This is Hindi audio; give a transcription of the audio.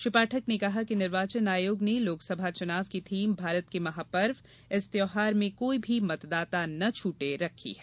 श्री पाठक ने कहा कि निर्वाचन आयोग ने लोकसभा चुनाव की थीम भारत के महापर्व इस त्यौहार में कोई भी मतदाता न छूटे रखी है